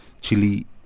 chili